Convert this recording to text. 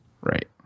Right